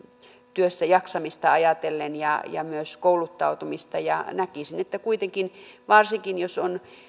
työssäjaksamista ja myös kouluttautumista ajatellen näkisin että kuitenkin varsinkin jos on